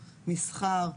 מסחר,